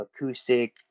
acoustic